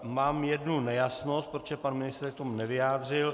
Mám jednu nejasnost, protože pan ministr se k tomu nevyjádřil.